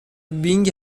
بینگ